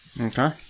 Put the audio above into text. Okay